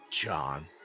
John